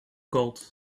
gold